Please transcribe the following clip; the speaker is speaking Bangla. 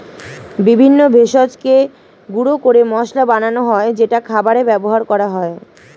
বিভিন্ন ভেষজকে গুঁড়ো করে মশলা বানানো হয় যেটা খাবারে ব্যবহার করা হয়